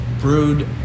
brewed